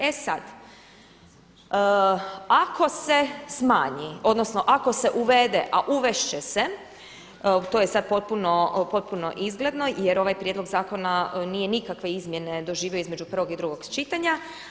E sad, ako se smanji, odnosno ako se uvede, a uvest će se, to je sad potpuno izgledno jer ovaj prijedlog zakona nije nikakve izmjene doživio između prvog i drugog čitanja.